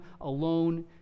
alone